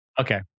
Okay